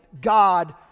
God